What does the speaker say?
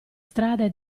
strade